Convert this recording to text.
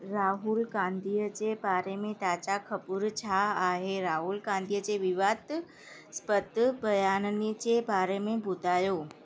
राहुल गांधीअ जे बारे में ताजा ख़बरूं छा आहे राहुल गांधी जे विवादस्पद बयाननि जे बारे में ॿुधायो